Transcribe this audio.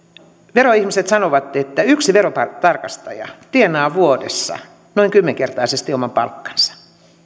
veroihmiset sanovat että yksi verotarkastaja tienaa vuodessa noin kymmenkertaisesti oman palkkansa